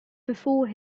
before